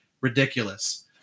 Ridiculous